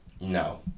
No